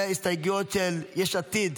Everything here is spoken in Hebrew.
וההסתייגויות של יש עתיד,